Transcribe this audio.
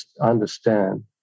understand